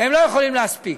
הם לא יכולים להספיק.